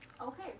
Okay